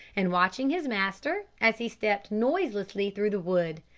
and watching his master as he stepped noiselessly through the wood.